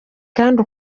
kandi